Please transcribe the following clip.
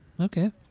Okay